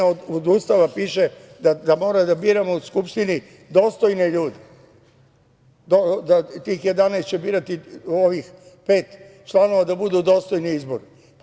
U Ustavu piše da moramo da biramo u Skupštini dostojne ljude, tih 11 će birati ovih pet članova da budu dostojni izbora.